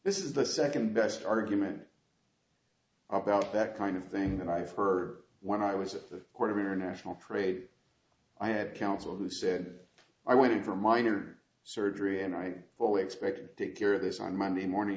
this is the second best argument about that kind of thing that i've heard when i was at the court of international trade i had counsel who said i went in for minor surgery and i fully expected to cure this on monday morning